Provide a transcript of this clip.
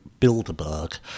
Bilderberg